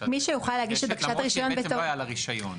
למרות שבעצם לא היה לה רישיון?